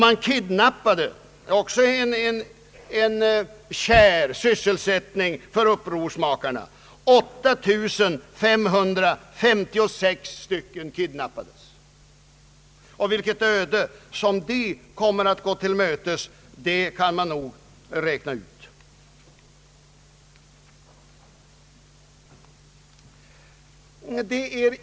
Man kidnappade — också en kär sysselsättning för upprorsmakarna — 8 556 personer, och vilket öde de kommer att gå till mötes kan man nog räkna ut.